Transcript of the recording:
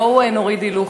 בואו נוריד הילוך.